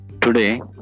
Today